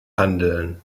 handeln